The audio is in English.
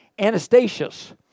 Anastasius